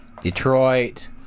Detroit